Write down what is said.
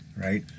right